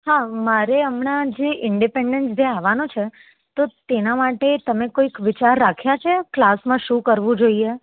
હા મારે હમણાં જે ઈડીપેડન્સ ડે આવવાનો છે તો તેના માટે તમે કોઈ ક વિચાર રાખ્યા છે ક્લાસમાં શું કરવું જોઈએ